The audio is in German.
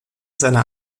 seiner